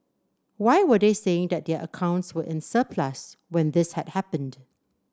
why were they saying that their accounts were in surplus when this had happened